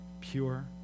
pure